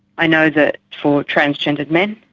i know that for transgendered men,